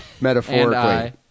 metaphorically